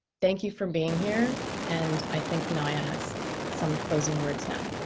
thank you for being here. and i think nya has some closing words now.